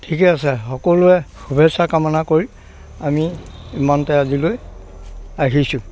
ঠিকেই আছে সকলোৰে শুভেচ্ছা কামনা কৰি আমি ইমানতে আজিলৈ আহিছোঁ